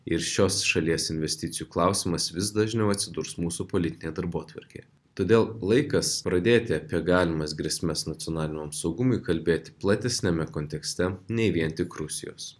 ir šios šalies investicijų klausimas vis dažniau atsidurs mūsų politinėje darbotvarkėje todėl laikas pradėti apie galimas grėsmes nacionaliniam saugumui kalbėti platesniame kontekste nei vien tik rusijos